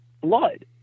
blood